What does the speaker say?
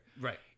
Right